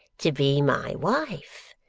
to be my wife,